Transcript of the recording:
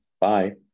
Bye